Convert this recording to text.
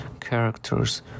characters